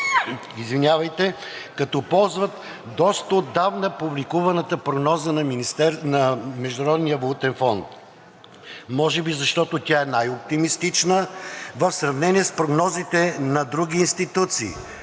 като ползват доста отдавна публикуваната прогноза на Международния валутен фонд, може би, защото тя е най-оптимистична в сравнение с прогнозите на други институции: